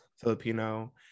Filipino